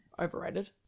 overrated